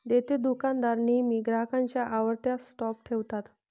देतेदुकानदार नेहमी ग्राहकांच्या आवडत्या स्टॉप ठेवतात